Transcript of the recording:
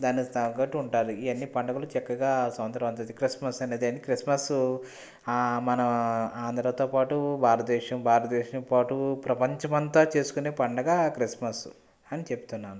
దానికి తగ్గట్టు ఉంటుంది ఇవన్ని పండగలు చక్కగా సంక్రాంతి క్రిస్మస్ అనేది క్రిస్మస్సు మన ఆంధ్రతో పాటు భారతదేశం భారతదేశం పాటు ప్రపంచమంతా చేసుకునే పండగ క్రిస్మస్ అని చెబుతున్నాను